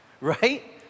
right